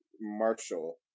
Marshall